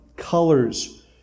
colors